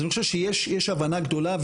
אז אני חושב שיש הבנה גדולה,